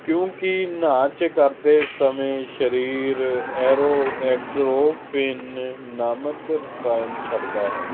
ਕਿਉਂਕਿ ਨਾਚ ਕਰਦੇ ਸਮੇਂ ਸਰੀਰ ਐਰੋ ਐਬਲੋਹਿਨ ਨਾਮਕ ਰਸਾਇਨ ਛੱਡਦਾ ਹੈ